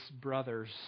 brothers